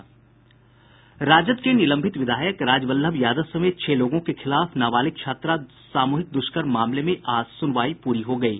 राजद के निलंबित विधायक राजवल्लभ यादव समेत छह लोगों के खिलाफ नाबालिग छात्रा सामूहिक दुष्कर्म मामले में आज सुनवाई पूरी हो गयी